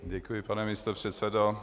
Děkuji, pane místopředsedo.